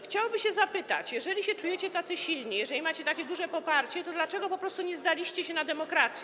Chciałoby się zapytać: Jeżeli się czujecie tacy silni, jeżeli macie takie duże poparcie, to dlaczego po prostu nie zdaliście się na demokrację?